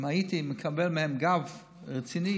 אם הייתי מקבל מהם גב רציני,